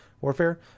Warfare